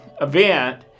event